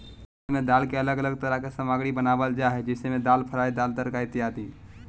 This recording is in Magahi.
भारत में दाल के अलग अलग तरह के सामग्री बनावल जा हइ जैसे में दाल फ्राई, दाल तड़का इत्यादि